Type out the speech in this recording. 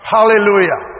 Hallelujah